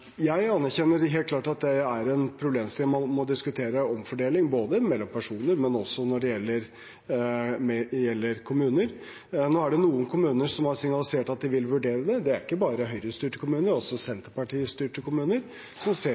Jeg anerkjenner helt klart at det er en problemstilling om omfordeling man må diskutere – både mellom personer og når det gjelder kommuner. Nå er det noen kommuner som har signalisert at de vil vurdere det. Det gjelder ikke bare Høyre-styrte kommuner – det er også Senterparti-styrte kommuner som ser